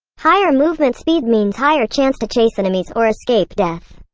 higher movement speed means higher chance to chase enemies or escape death.